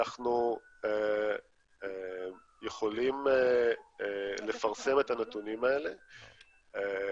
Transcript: אנחנו יכולים לפרסם את הנתונים האלה גם